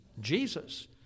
Jesus